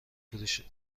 فروشی